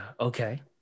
okay